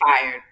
fired